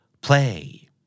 Play